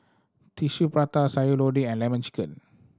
Tissue Prata Sayur Lodeh and Lemon Chicken